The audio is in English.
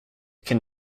can